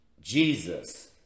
Jesus